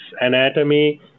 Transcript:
anatomy